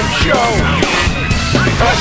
show